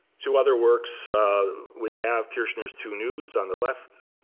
two other works we have kirchner's two nudes on the left.